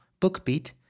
BookBeat